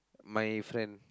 my friend